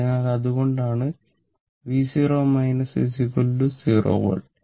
അതിനാൽ അതുകൊണ്ടാണ് v0 0 volt